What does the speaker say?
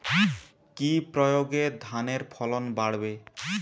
কি প্রয়গে ধানের ফলন বাড়বে?